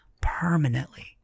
permanently